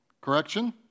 Correction